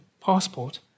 passport